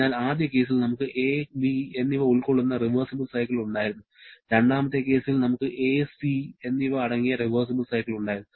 അതിനാൽ ആദ്യ കേസിൽ നമുക്ക് 'a' 'b' എന്നിവ ഉൾക്കൊള്ളുന്ന റിവേർസിബിൾ സൈക്കിൾ ഉണ്ടായിരുന്നു രണ്ടാമത്തെ കേസിൽ നമുക്ക് 'a' 'c' എന്നിവ അടങ്ങിയ റിവേർസിബിൾ സൈക്കിൾ ഉണ്ടായിരുന്നു